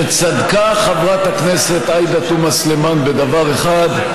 שצדקה חברת הכנסת עאידה תומא סלימאן בדבר אחד: